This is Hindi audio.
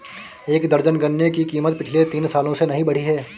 एक दर्जन गन्ने की कीमत पिछले तीन सालों से नही बढ़ी है